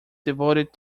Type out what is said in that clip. devoted